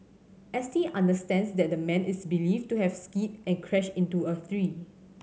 S T understands that the man is believed to have skidded and crashed into a tree